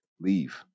leave